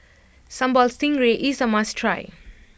Sambal Stingray is a must try